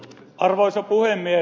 arvoisa puhemies